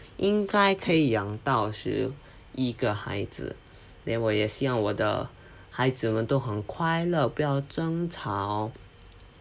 应该可以养到十一个孩子 then 我也希望我的孩子们都很快乐不要争吵